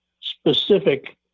specific